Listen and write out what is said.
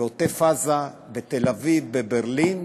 בעוטף-עזה, בתל-אביב, בברלין,